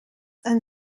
and